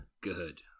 Good